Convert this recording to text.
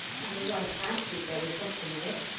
and the wife fancied there was something in it,